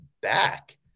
back